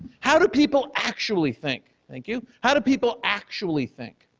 how do people actually think? thank you. how do people actually think?